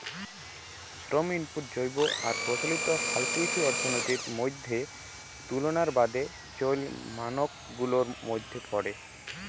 শ্রম ইনপুট জৈব আর প্রচলিত হালকৃষি অর্থনীতির মইধ্যে তুলনার বাদে চইল মানক গুলার মইধ্যে পরে